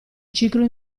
ciclo